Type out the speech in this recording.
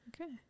Okay